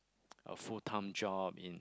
a full time job in